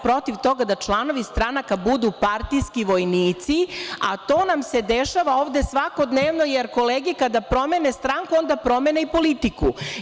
Protiv toga sam da članovi stranaka budu partijski vojnici, a to nam se dešava ovde svakodnevno, jer kolege kada promene stranku, onda promene i politiku.